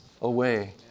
away